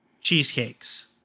cheesecakes